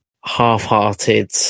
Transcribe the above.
half-hearted